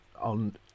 on